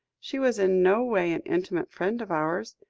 she was in no way an intimate friend of ours.